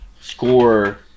score